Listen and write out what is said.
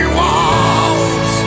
walls